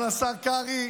אבל השר קרעי,